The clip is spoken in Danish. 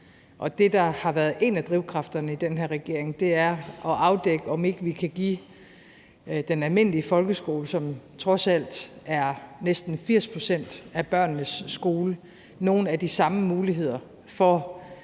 Det, der har været en af drivkræfterne i den her regering, er at afdække, om ikke vi kan give den almindelige folkeskole, som trods alt er næsten 80 pct. af børnenes skole, nogle af de samme muligheder for